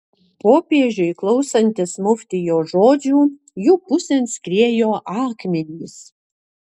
popiežiui klausantis muftijaus žodžių jų pusėn skriejo akmenys